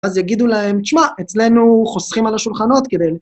אז יגידו להם, תשמע, אצלנו חוסכים על השולחנות כדי...